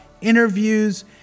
interviews